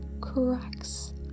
cracks